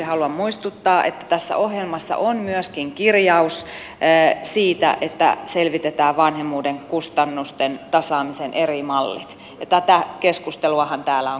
haluan muistuttaa että tässä ohjelmassa on myöskin kirjaus siitä että selvitetään vanhemmuuden kustannusten tasaamisen eri mallit ja tätä keskusteluahan täällä on käyty